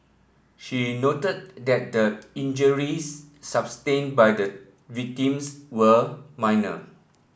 she noted that the injuries sustained by the victims were minor